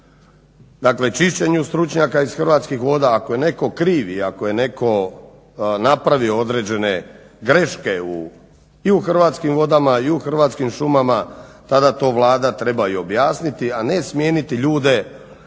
ovom čišćenju stručnjaka iz Hrvatskih voda. Ako je netko kriv i ako je netko napravio određene greške i u Hrvatskim vodama i u Hrvatskim šumama, tada to Vlada treba i objasniti, a ne smijeniti ljude